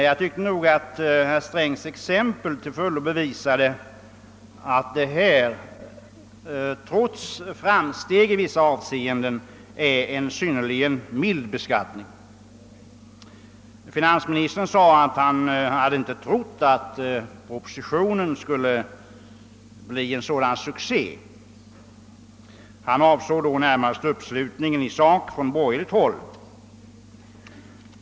Jag tyckte nog ändå att herr Strängs exempel till fullo bevisade att detta förslag trots framsteg i vissa avseenden innebär en synnerligen mild beskattning. Finansministern sade att han inte hade trott att propositionen skulle bli en sådan succé, och han avsåg då närmast uppslutningen i sak på borgerligt håll.